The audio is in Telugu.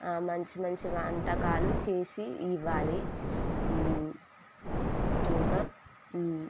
మంచి మంచి వంటకాలు చేసి ఇవ్వాలి ఇంకా